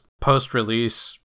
post-release